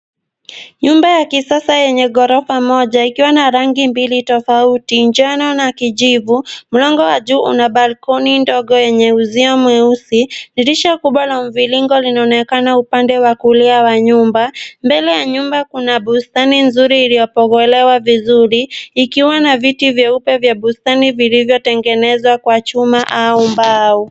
Nyumba ya kisasa yenye ghorofa moja ikiwa na rangi mbili tofauti, njano na kijivu. Mlango wa juu una balkoni ndogo yenye uzio mweusi. Dirisha kubwa la mviringo linaonekana upande wa kulia wa nyumba. Mbele ya nyumba kuna bustani nzuri iliyopogolewa vizuri ikiwa na viti vyeupe vya bustani vilivyotengenezwa kwa chuma au mbao.